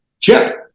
chip